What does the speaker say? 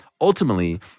ultimately